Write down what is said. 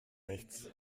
nichts